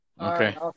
Okay